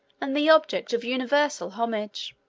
and the object of universal homage.